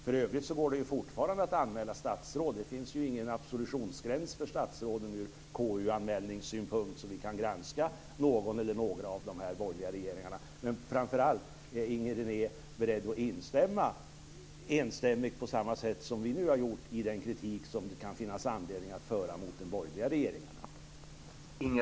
För övrigt går det fortfarande att anmäla statsråd. Det finns ingen absolutionsgräns för statsråd från KU-anmälningssynpunkt, så vi kan granska någon eller några av de borgerliga regeringarna. Men framför allt undrar jag om Inger René är beredd att vara med och enstämmigt - på samma sätt som vi nu har gjort - instämma i den kritik som det kan finnas anledning att rikta mot de borgerliga regeringarna.